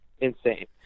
insane